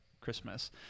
Christmas